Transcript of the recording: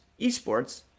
esports